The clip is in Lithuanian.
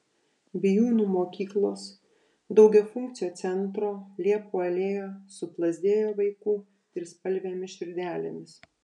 bijūnų mokyklos daugiafunkcio centro liepų alėja suplazdėjo vaikų trispalvėmis širdelėmis